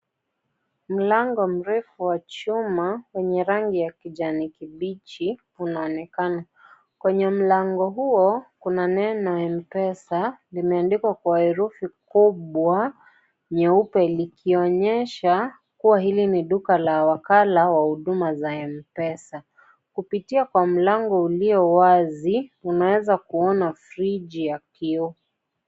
Mlango mrefu wa chuma wenye rangi ya kijani kibichi unaonekana kwenye mlango huo kuna neno mpesa limeandikwa kwa herufi kubwa nyeupe likionyesha kuwa hili ni duka la wakala wa huduma za mpesa, kupitia kwa mlango ulio wazi unaeza kuona friji ya kioo.